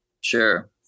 Sure